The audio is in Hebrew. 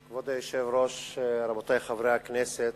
כבוד היושב-ראש, רבותי חברי הכנסת,